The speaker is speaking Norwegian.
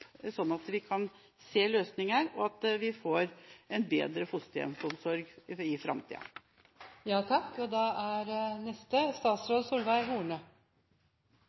sånn at vi kan se løsninger, og at vi får en bedre fosterhjemsomsorg i framtida.